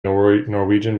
norwegian